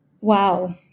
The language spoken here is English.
Wow